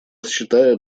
считает